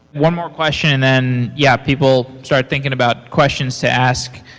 one more question and then, yeah, people start thinking about questions to ask.